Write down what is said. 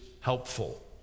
helpful